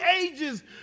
ages